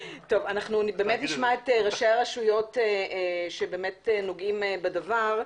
אנחנו נשמע את ראשי הרשויות שבאמת נוגעים בדבר.